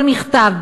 כל מכתב,